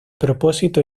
propósito